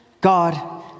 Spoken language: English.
God